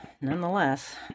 nonetheless